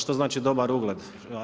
Što znači dobar ugled?